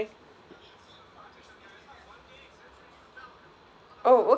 sorry